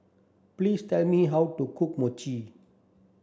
please tell me how to cook Mochi